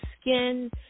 skin